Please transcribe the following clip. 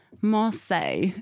Marseille